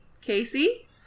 casey